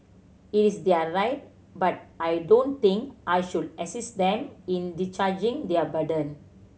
it is their right but I don't think I should assist them in discharging their burden